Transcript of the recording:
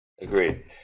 Agreed